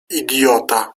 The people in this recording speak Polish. idiota